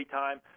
time